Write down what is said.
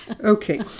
Okay